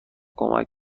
کمک